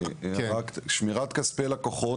שמירת כספי לקוחות,